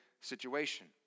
situation